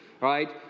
right